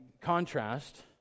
contrast